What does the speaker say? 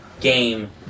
game